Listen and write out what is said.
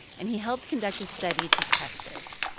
and he helped conduct a study to test this.